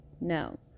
no